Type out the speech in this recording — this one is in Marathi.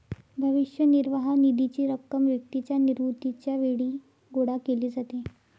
भविष्य निर्वाह निधीची रक्कम व्यक्तीच्या निवृत्तीच्या वेळी गोळा केली जाते